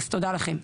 אז תודה לכם.